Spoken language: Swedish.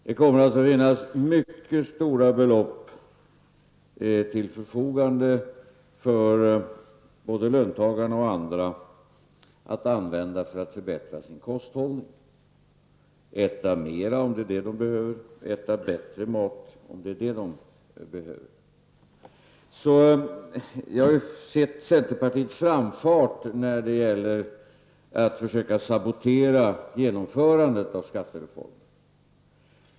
Det kommer alltså att finnas mycket stora belopp till förfogande för både löntagarna och andra att använda för att förbättra sin kosthållning genom att äta mera eller äta bättre mat beroende på vad de behöver. Jag har sett centerpartiets framfart när det gäller att försöka sabotera genomförandet av skattereformen.